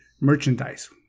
merchandise